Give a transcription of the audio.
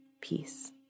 peace